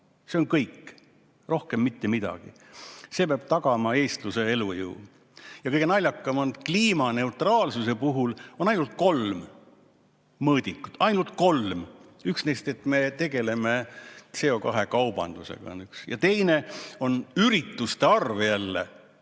See on kõik, rohkem mitte midagi. See peab tagama eestluse elujõu. Kõige naljakam on, et kliimaneutraalsuse puhul on ainult kolm mõõdikut. Ainult kolm! Üks neist on see, et me tegeleme CO2-kaubandusega. Teine on ürituste arv,